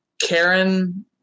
Karen